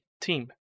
team